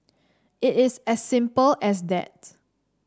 it is as simple as that